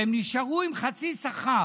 והם נשארו עם חצי שכר.